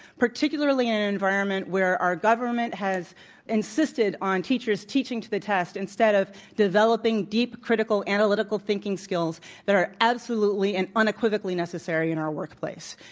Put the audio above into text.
particularly in an environment where our government has insisted on teachers teaching to the test instead of developing deep critical analytical thinking skills that are absolutely and unequivocally necessary in our workplace.